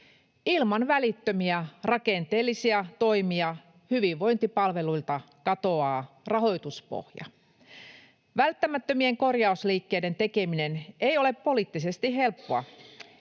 Ilman välittömiä rakenteellisia toimia hyvinvointipalveluilta katoaa rahoituspohja. Välttämättömien korjausliikkeiden tekeminen ei ole poliittisesti helppoa.